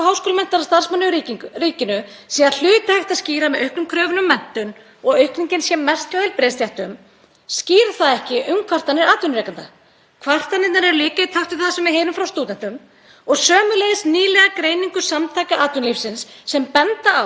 Kvartanirnar eru líka í takt við það sem við heyrum frá stúdentum og sömuleiðis nýlega greiningu Samtaka atvinnulífsins sem bendir á að Íslendingar leita í mun meira mæli í ný störf hjá hinu opinbera á meðan einkageirinn mannar ný störf með erlendu starfsfólki.